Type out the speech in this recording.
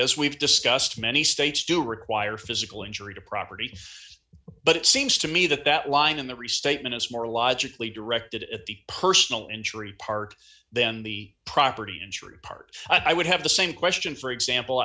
as we've discussed many states do require physical injury to property but it seems to me that that line in the restatement is more logically directed at the personal injury part then the property injury part i would have the same question for example